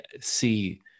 see